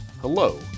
Hello